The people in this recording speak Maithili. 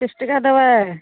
तीस टका देबै